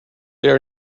there